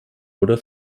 oder